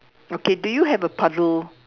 okay do you have a puddle